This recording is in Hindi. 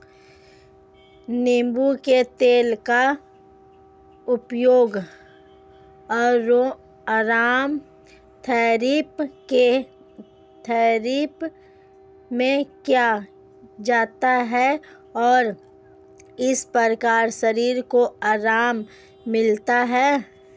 नींबू के तेल का उपयोग अरोमाथेरेपी में किया जाता है और इस प्रकार शरीर को आराम मिलता है